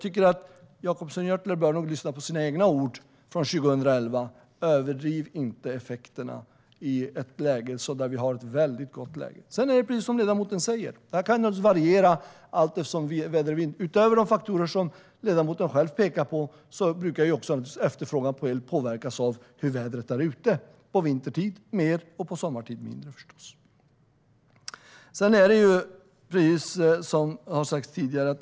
Jonas Jacobsson Gjörtler bör nog lyssna på sina egna ord från 2011: Överdriv inte effekterna i ett läge som är väldigt gott! Precis som ledamoten säger finns det naturligtvis variationer. Förutom de faktorer ledamoten själv pekar på brukar efterfrågan på el även påverkas av väder och vind och hur det ser ut där ute. Under vintern är påverkan förstås större än under sommaren.